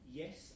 yes